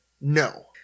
No